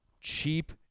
cheap